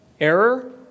error